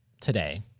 today